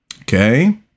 Okay